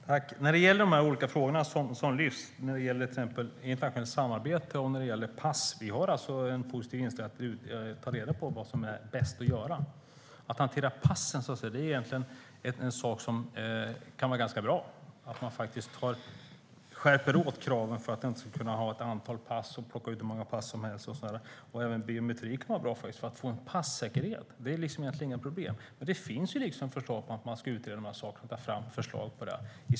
Fru talman! När det gäller de olika frågor som lyfts fram, till exempel internationellt samarbete och pass, har vi en positiv inställning till att ta reda på vad som är det bästa att göra. Att hantera passen är en sak som kan vara ganska bra. Det kan vara bra att skärpa kraven så att man inte kan plocka ut hur många pass som helst. Även biometri kan vara bra för att få en passäkerhet. Det är egentligen inte något problem. Det finns ju förslag i skrivelsen om att man ska utreda detta och ta fram förslag.